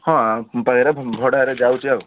ହଁ ଭଡ଼ାରେ ଯାଉଛି ଆଉ